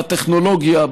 בטכנולוגיה,